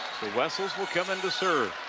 wessels will come in to so